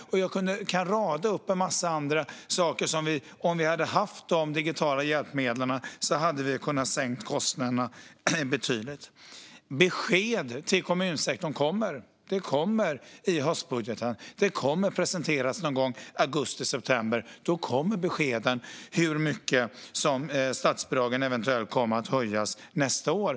Jag kan rada upp en massa andra digitala hjälpmedel som hade kunnat sänka våra kostnader betydligt om vi hade haft dem. Besked till kommunsektorn kommer. Det kommer i höstbudgeten. Den kommer att presenteras någon gång i augusti eller september, och då kommer besked om hur mycket statsbidragen eventuellt kommer att höjas nästa år.